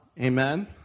Amen